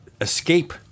escape